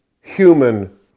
human